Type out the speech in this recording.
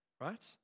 right